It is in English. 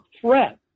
threat